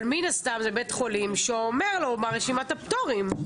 אבל מן הסתם בית החולים אומר לו מה רשימת הפטורים.